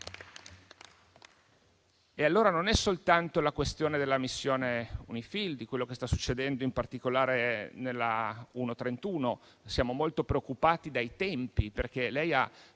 E allora non si tratta soltanto della questione della missione UNIFIL, di quello che sta succedendo in particolare nella base 1-31. Siamo molto preoccupati dai tempi, perché lei ha